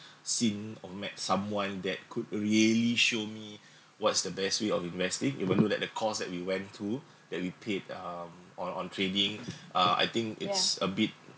seen or met someone that could really show me what's the best way of investing even though that the cost that we went to that we paid um on on trading uh I think it's a bit